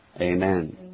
Amen